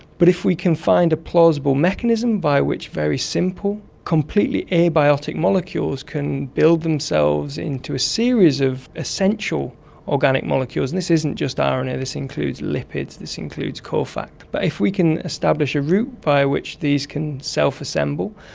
but if we can find a plausible mechanism by which very simple, completely abiotic molecules can build themselves into a series of essential organic molecules, and this isn't just um rna, this includes lipids, this includes core fat, but if we can establish a route by which these can self-assemble,